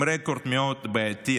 עם רקורד מאוד בעייתי,